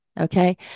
Okay